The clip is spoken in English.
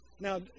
Now